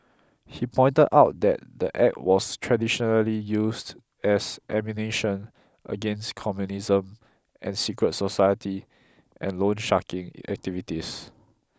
he pointed out that the act was traditionally used as ammunition against communism and secret society and loansharking activities